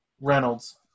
Reynolds